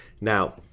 Now